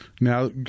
Now